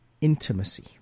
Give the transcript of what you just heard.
intimacy